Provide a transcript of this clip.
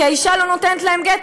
כשהאישה לא נותנת להם גט,